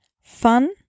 fun